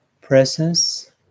presence